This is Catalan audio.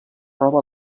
roba